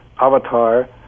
Avatar